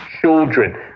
children